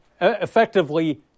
effectively